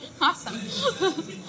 awesome